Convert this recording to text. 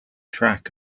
track